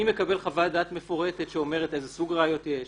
אני מקבל חוות דעת מפורטת שאומרת איזה סוג ראיות יש,